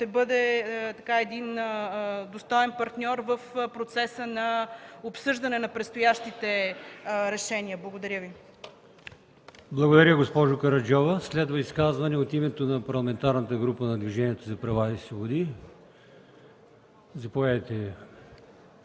бъде един достоен партньор в процеса на обсъждане на предстоящите решения. Благодаря Ви. ПРЕДСЕДАТЕЛ АЛИОСМАН ИМАМОВ: Благодаря, госпожо Караджова. Следва изказване от името на Парламентарната група на Движението за права и свободи. Заповядайте,